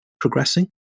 progressing